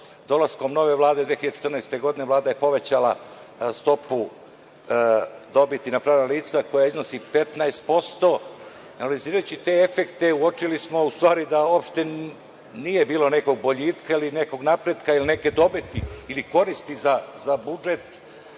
dolaskom nove Vlade 2014. godine Vlada je povećala stopu dobiti na pravna lica koja iznosi 15%. Analizirajući te efekte, uočili smo da uopšte nije bilo nekog boljitka ili nekog napretka ili neke dobiti ili koristi za budžet.